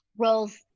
roles